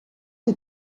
que